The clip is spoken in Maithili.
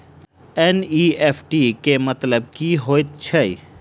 एन.ई.एफ.टी केँ मतलब की हएत छै?